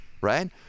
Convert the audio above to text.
right